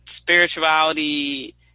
spirituality